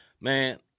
Man